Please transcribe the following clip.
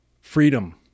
freedom